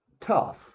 tough